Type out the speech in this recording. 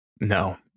No